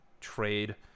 trade